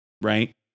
right